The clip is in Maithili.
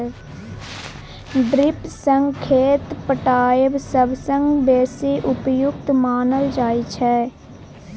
ड्रिप सँ खेत पटाएब सबसँ बेसी उपयुक्त मानल जाइ छै